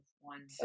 one